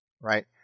right